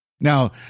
Now